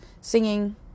Singing